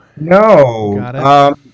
No